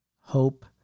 hope